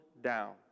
down